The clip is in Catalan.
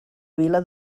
vila